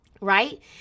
Right